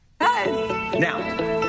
now